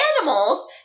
animals